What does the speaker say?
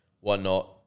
whatnot